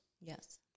Yes